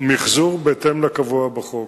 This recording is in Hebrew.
מיחזור בהתאם לקבוע בחוק,